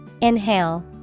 Inhale